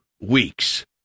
weeks